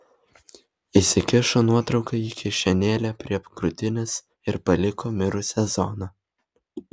įsikišo nuotrauką į kišenėlę prie krūtinės ir paliko mirusią zoną